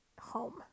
home